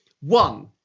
one